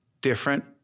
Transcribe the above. different